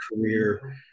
career